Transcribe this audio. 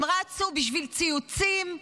הם רצו בשביל ציוצים,